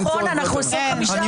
אין צורך ביותר...